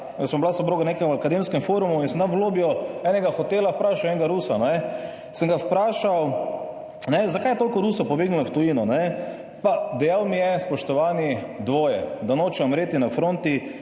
sva bila s soprogo nekaj v akademskem forumu in sem v lobiju enega hotela vprašal enega Rusa, ne, sem ga vprašal, zakaj je toliko Rusov pobegnilo v tujino, ne. Pa dejal mi je, spoštovani, dvoje: da noče umreti na fronti